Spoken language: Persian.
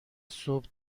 صبح